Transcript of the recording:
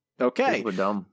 Okay